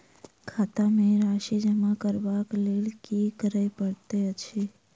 खाता मे राशि जमा करबाक लेल की करै पड़तै अछि?